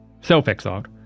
Self-exiled